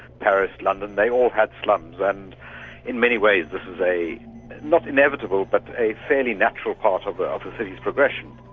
paris, london, they all had slums and in many ways this is a not inevitable, but a fairly natural part of the ah the city's progression.